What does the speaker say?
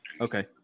Okay